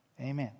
Amen